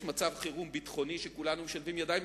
יש מצב חירום ביטחוני וכולנו משלבים ידיים,